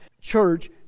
church